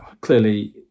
clearly